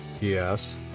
yes